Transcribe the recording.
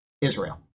Israel